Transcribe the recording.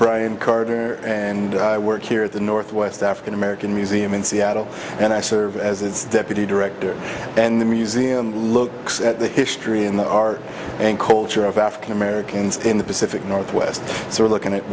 brian carter and i work here at the northwest african american museum in seattle and i serve as its deputy director and the museum looks at the history and the art and culture of african americans in the pacific northwest so we're looking at